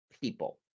people